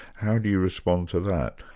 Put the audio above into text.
how do you respond to that?